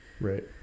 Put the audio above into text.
Right